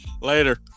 Later